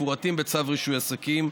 המפורטים בצו רישוי עסקים,